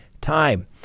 time